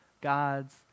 God's